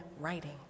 writing